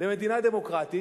במדינה דמוקרטית,